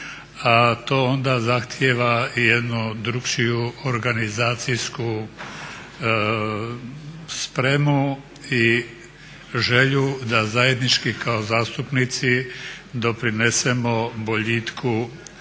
to onda zahtjeva i jednu drukčiju organizacijsku spremu i želju da zajednički kao zastupnici doprinesemo boljitku